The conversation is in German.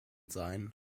sein